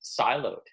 siloed